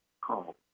call